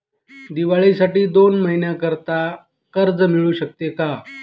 दिवाळीसाठी दोन महिन्याकरिता कर्ज मिळू शकते का?